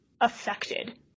affected